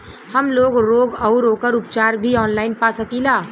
हमलोग रोग अउर ओकर उपचार भी ऑनलाइन पा सकीला?